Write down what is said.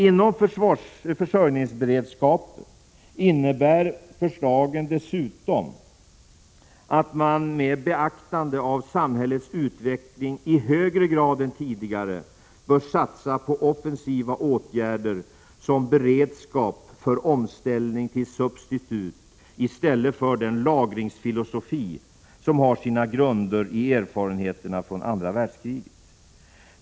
Inom försörjningsberedskapen innebär förslagen dessutom att man, med beaktande av samhällets utveckling, i högre grad än tidigare bör satsa på offensiva åtgärder, som beredskap för omställning till substitut i stället för den lagringsfilosofi som har sina grunder i erfarenheterna från andra världskriget.